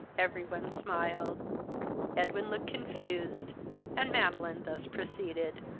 every one smiled edwin looked confused and madeline thus proceeded.